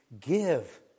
give